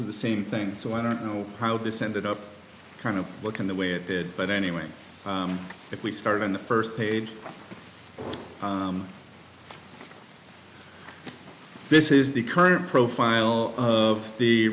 of the same thing so i don't know how this ended up kind of what can the way it did but anyway if we started on the first page this is the current profile of the